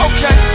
Okay